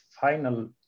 final